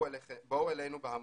בואו אלינו בהמוניכם,